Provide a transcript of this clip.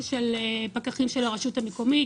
העליתי את הנושא של פי גלילות פה בירושלים באזור הר נוף,